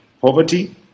Poverty